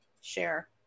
Share